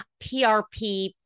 PRP